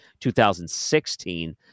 2016